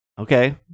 okay